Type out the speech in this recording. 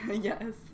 Yes